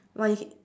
why